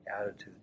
attitude